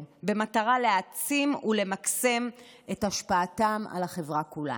במטרה להעצים ולמקסם את השפעתם על החברה כולה.